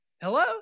Hello